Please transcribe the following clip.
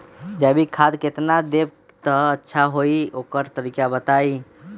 जैविक खाद केतना देब त अच्छा होइ ओकर तरीका बताई?